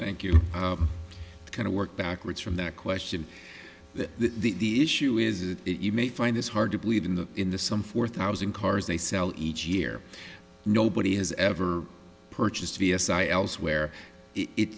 thank you kind of work backwards from that question the issue is that you may find this hard to believe in the in the some four thousand cars they sell each year nobody has ever purchased v a s i elsewhere it